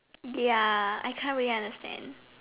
ya I can't really understand